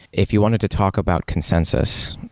if you wanted to talk about consensus,